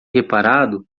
reparado